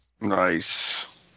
nice